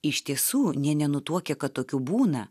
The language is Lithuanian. iš tiesų nė nenutuokė kad tokių būna